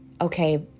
okay